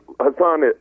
Hassan